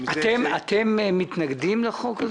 אתם מתנגדים לחוק הזה?